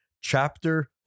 chapter